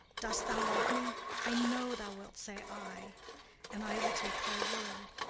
dost thou love me, i know thou wilt say ay and i will take thy word.